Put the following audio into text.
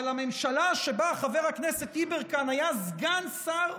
אבל הממשלה שבה חבר הכנסת יברקן היה סגן שר,